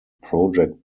project